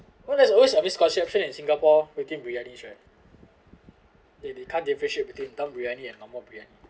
well there's always a misconception in singapore rating briyani right they they can't differentiate between dum briyani and normal briyani